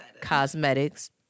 Cosmetics